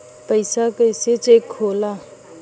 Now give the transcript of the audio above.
पैसा कइसे चेक होला?